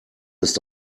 ist